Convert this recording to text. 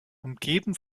umgeben